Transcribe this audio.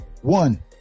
One